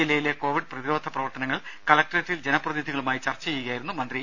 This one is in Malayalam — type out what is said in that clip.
ജില്ലയിലെ കോവിഡ് പ്രതിരോധ പ്രവർത്തനങ്ങൾ കലക്ടറേറ്റിൽ ജനപ്രതിനിധികളുമായി ചർച്ച ചെയ്യുകയായിരുന്നു മന്ത്രി